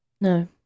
No